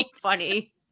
funny